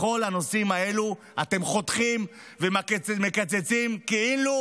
בכל הנושאים האלו אתם חותכים ומקצצים כאילו